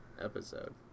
episode